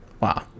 Wow